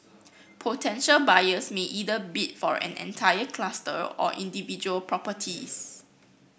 potential buyers may either bid for an entire cluster or individual properties